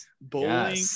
bowling